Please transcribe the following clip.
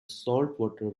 saltwater